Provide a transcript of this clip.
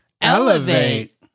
elevate